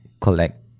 collect